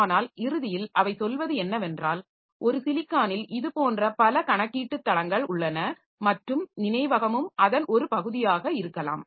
ஆனால் இறுதியில் அவை சொல்வது என்னவென்றால் ஒரு சிலிக்கானில் இதுபோன்ற பல கணக்கீட்டு தளங்கள் உள்ளன மற்றும் நினைவகமும் அதன் ஒரு பகுதியாக இருக்கலாம்